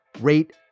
rate